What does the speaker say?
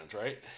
right